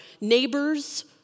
neighbors